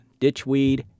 ditchweed